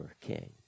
king